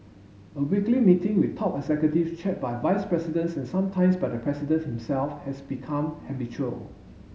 a weekly meeting with top executives chaired by vice presidents and sometimes by the president himself has become habitual